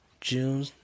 June